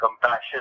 compassion